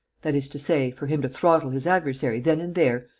that is to say, for him to throttle his adversary then and there,